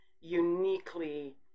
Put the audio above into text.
uniquely